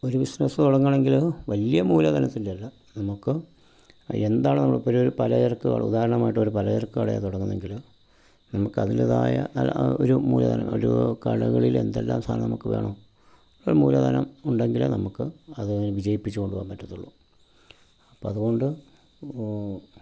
ഒരു ബിസിനസ് തുടങ്ങണമെങ്കില് വലിയ മൂലധനത്തിൻ്റെയല്ല നമുക്ക് എന്ത് ആണോ നമ്മൾ ഒരു പലചരക്കുകള് ഉദാഹരണമായിട്ട് ഒരു പലചരക്ക് കടയാണ് തുടങ്ങുന്നതെങ്കിൽ നമുക്ക് അതിൻ്റെതായ ഒരു മൂലധനം ഒരൂ കടകളില് എന്തെല്ലാം സാധനം നമുക്ക് വേണോ ഒരു മൂലധനം ഉണ്ടെങ്കിലേ നമുക്ക് അത് വിജയിപ്പിച്ച് കൊണ്ടുപോകാൻ പറ്റത്തുള്ളു അപ്പോൾ അതുകൊണ്ട്